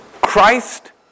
Christ